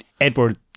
edward